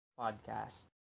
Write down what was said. podcast